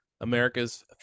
America's